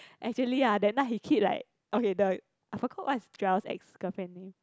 actually ah that night he keep like okay the I forgot what is Joel's ex girlfriend name